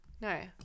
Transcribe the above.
No